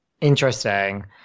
Interesting